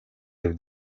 ирэв